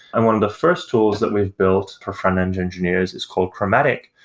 and one of the first tools that we've built for front-end engineers is called chromatic.